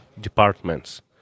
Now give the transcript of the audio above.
departments